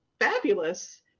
fabulous